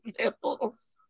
nipples